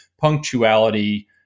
punctuality